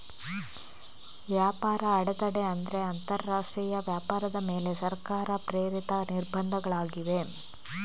ವ್ಯಾಪಾರ ಅಡೆತಡೆ ಅಂದ್ರೆ ಅಂತರರಾಷ್ಟ್ರೀಯ ವ್ಯಾಪಾರದ ಮೇಲೆ ಸರ್ಕಾರ ಪ್ರೇರಿತ ನಿರ್ಬಂಧಗಳಾಗಿವೆ